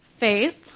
Faith